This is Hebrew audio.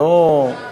מצב